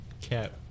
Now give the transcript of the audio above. Cap